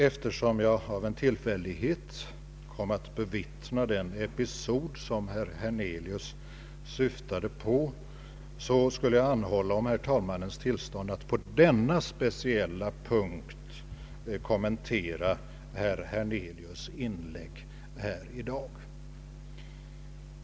Eftersom jag av en tillfällighet kom att bevittna den episod som herr Hernelius syftade på, anhåller jag om herr talmannens tillstånd att på denna speciella punkt kommentera herr Hernelius” inlägg här i dag.